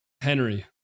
Henry